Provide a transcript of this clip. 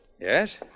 Yes